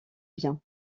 bien